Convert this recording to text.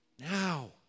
Now